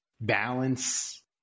balance